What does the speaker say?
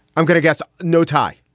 i'm going to guess. no tie,